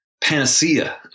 panacea